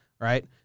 right